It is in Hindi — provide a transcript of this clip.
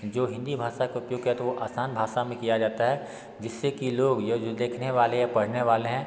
जो हिंदी भाषा का उपयोग किया तो वो आसान भाषा में किया जाता है जिससे कि लोग या जो देखने वाले या पढ़ने वाले हैं